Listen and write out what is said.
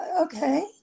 okay